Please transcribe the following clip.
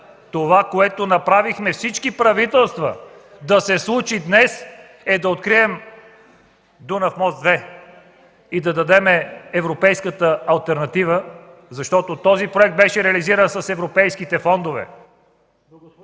това, което направихме всички правителства да се случи днес, е да открием „Дунав мост 2”, и да дадем европейската алтернатива. Защото този проект беше реализиран с европейските фондове.